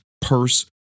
purse